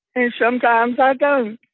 and sometimes, i don't.